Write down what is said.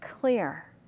clear